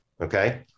okay